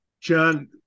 john